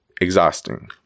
exhausting